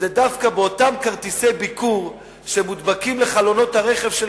זה דווקא אותם כרטיסי ביקור שמודבקים לחלונות הרכב של